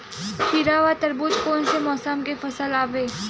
खीरा व तरबुज कोन से मौसम के फसल आवेय?